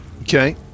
Okay